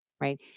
right